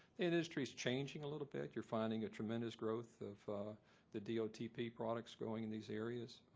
industry's changing a little bit. you're finding a tremendous growth of the dotp products growing in these areas.